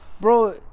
Bro